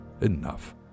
enough